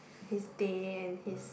his day and his